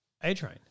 A-Train